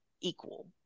equal